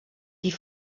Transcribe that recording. die